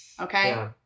Okay